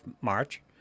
March